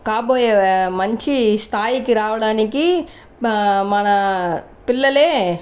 కాబోయే మంచి స్థాయికి రావడానికి మన పిల్లలే